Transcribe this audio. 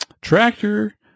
tractor